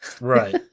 Right